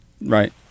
right